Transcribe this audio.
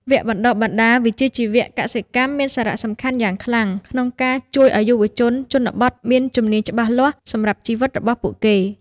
វគ្គបណ្តុះបណ្តាលវិជ្ជាជីវៈកសិកម្មមានសារៈសំខាន់យ៉ាងខ្លាំងក្នុងការជួយឱ្យយុវជនជនបទមានជំនាញច្បាស់លាស់សម្រាប់ជីវិតរបស់ពួកគេ។